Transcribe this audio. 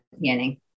beginning